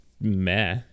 meh